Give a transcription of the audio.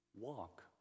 Walk